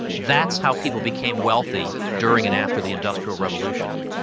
that's how people became wealthy during and after the industrial revolution.